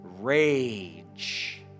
rage